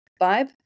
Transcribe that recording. vibe